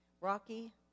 Rocky